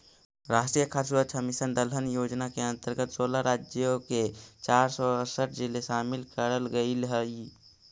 राष्ट्रीय खाद्य सुरक्षा मिशन दलहन योजना के अंतर्गत सोलह राज्यों के चार सौ अरसठ जिले शामिल करल गईल हई